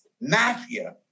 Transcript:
mafia